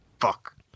Fuck